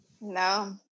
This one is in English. No